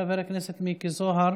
חבר הכנסת בוסו,